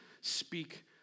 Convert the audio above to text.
speak